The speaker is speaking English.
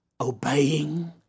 Obeying